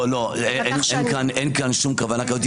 לא, אין כאן שום כוונה כזאת.